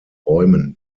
räumen